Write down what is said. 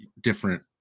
different